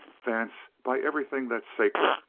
vance, by everything that's sacred,